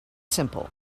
simple